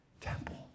temple